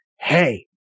Hey